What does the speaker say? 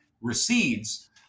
recedes